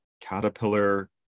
caterpillar